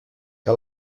que